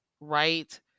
right